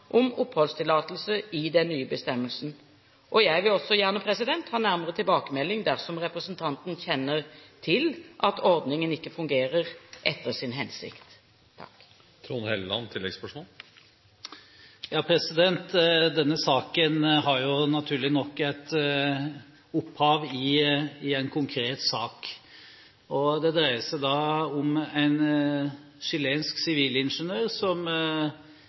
om oppholdstillatelse i den nye bestemmelsen. Jeg vil også gjerne ha nærmere tilbakemelding dersom representanten kjenner til at ordningen ikke fungerer etter sin hensikt. Denne saken har, naturlig nok, sitt opphav i en konkret sak. Det dreier seg om en chilensk sivilingeniør som